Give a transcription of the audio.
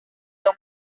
dio